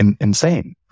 insane